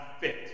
fit